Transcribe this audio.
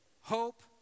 hope